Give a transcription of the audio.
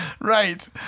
Right